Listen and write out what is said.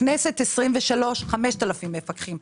כנסת 23 היו 5,000 מפקחים.